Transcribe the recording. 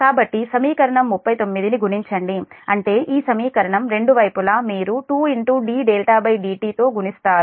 కాబట్టి సమీకరణం 39 ను గుణించండి అంటే ఈ సమీకరణం రెండు వైపులా మీరు 2ddtతో గుణిస్తారు